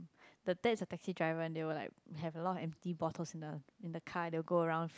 the dad is a taxi driver and they will like have a lot of empty bottles in the in the car and they will go around